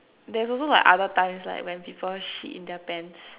there is also like other times like when people shit in their pants